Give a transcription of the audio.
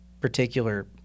particular